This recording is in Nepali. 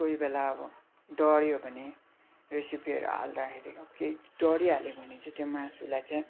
कोही बेला अब डढ्यो भने रेसिपीहरू हाल्दाखेरि केही डढिहाल्यो भने चाहिँ त्यो मासुलाई चाहिँ